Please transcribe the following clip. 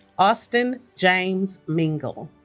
austin james mengle